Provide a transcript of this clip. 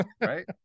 right